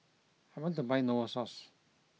I want to buy Novosource